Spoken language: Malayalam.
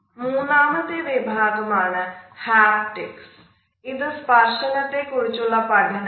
മൂന്നാമത്തെ വിഭാഗം ആണ് ഹാപ്റ്റിക്സ് ഇത് സ്പർശനത്തെ കുറിച്ചുള്ള പഠനമാണ്